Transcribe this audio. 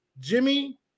Jimmy